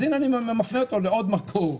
הנה, אני מפנה אותו לעוד מקור,